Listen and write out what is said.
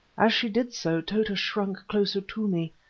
as she did so, tota shrunk closer to me.